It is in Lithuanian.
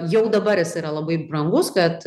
jau dabar jis yra labai brangus kad